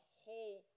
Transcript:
whole